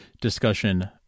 discussion